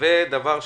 דבר שלישי,